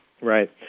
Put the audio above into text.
right